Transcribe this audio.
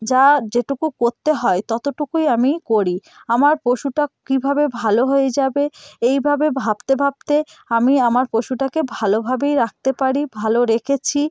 যা যেটুকু করতে হয় ততটুকুই আমি করি আমার পশুটা কীভাবে ভালো হয়ে যাবে এইভাবে ভাবতে ভাবতে আমি আমার পশুটাকে ভালোভাবেই রাখতে পারি ভালো রেখেছি